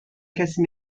کسی